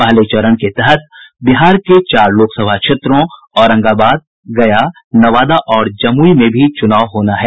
पहले चरण के तहत बिहार के चार लोकसभा क्षेत्रों औरंगाबाद गया नवादा और जमुई में भी चुनाव होना है